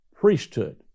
priesthood